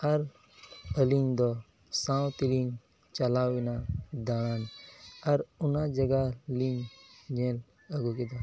ᱟᱨ ᱟᱹᱞᱤᱧ ᱫᱚ ᱥᱟᱶᱛᱮᱞᱤᱧ ᱪᱟᱞᱟᱣᱮᱱᱟ ᱫᱟᱲᱟᱱ ᱟᱨ ᱚᱱᱟ ᱡᱟᱭᱜᱟ ᱞᱤᱧ ᱧᱮᱞ ᱟᱹᱜᱩ ᱠᱮᱫᱟ